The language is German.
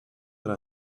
oder